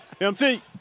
Mt